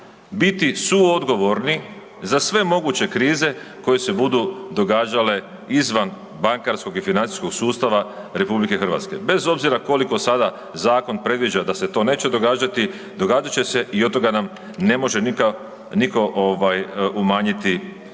biti suodgovorni za sve moguće krize koje se budu događale izvan bankarskog i financijskog sustava RH, bez obzira koliko sada zakon predviđa da se to neće događati, događat će se i od toga nam ne može nitko umanjiti